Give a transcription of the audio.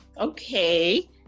Okay